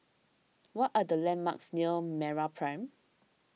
what are the landmarks near MeraPrime